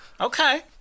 Okay